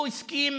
הוא הסכים